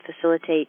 facilitate